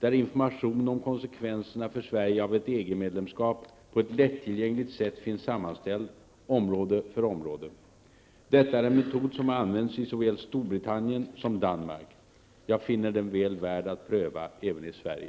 där information om konsekvenserna för Sverige av ett EG-medlemskap på ett lättillgängligt sätt finns sammanställd -- område för område. Detta är en metod som har använts i såväl Storbritannien som Danmark. Jag finner den väl värd att pröva även i Sverige.